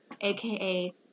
aka